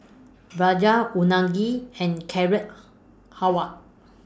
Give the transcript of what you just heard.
Falafel Unagi and Carrot Halwa